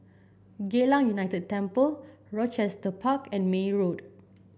Geylang United Temple Rochester Park and May Road